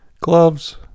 gloves